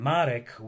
Marek